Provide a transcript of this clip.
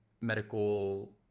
medical